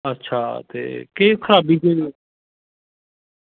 अच्छा ते केह् खराबी कोई